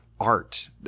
art